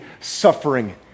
suffering